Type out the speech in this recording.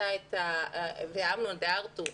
--- אמנון דה-ארטוך,